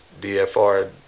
dfr